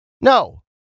No